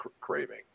craving